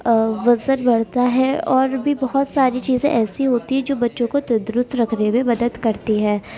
وزن بڑھتا ہے اور بھی بہت ساری چیزیں ایسی ہوتی جو بچوں کو تندرست رکھنے میں مدد کرتی ہے